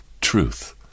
truth